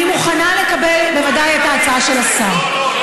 אני בוודאי מוכנה לקבל את ההצעה של השר,